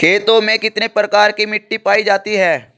खेतों में कितने प्रकार की मिटी पायी जाती हैं?